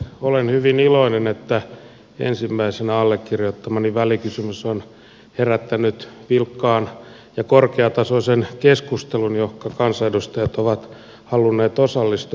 olen hyvin iloinen että ensimmäisenä allekirjoittamani välikysymys on herättänyt vilkkaan ja korkeatasoisen keskustelun johonka kansanedustajat ovat halunneet osallistua